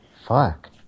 Fuck